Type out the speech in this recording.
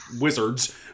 wizards